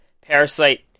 Parasite